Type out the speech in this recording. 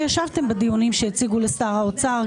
בצמיחה,